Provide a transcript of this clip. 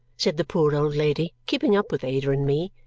said the poor old lady, keeping up with ada and me.